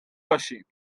باشین